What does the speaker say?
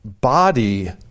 body